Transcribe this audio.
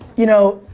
you know,